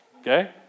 okay